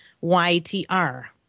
Y-T-R